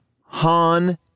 Han